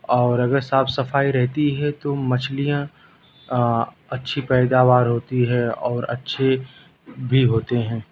اور اگر صاف صفائی رہتی ہے تو مچھلیاں اچھی پیداوار ہوتی ہے اور اچھے بھی ہوتے ہیں